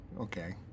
Okay